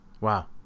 Wow